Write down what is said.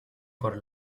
por